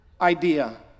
idea